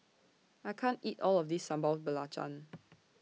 I can't eat All of This Sambal Belacan